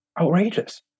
outrageous